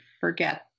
forget